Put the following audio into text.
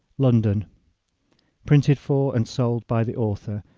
london printed for and sold by the author,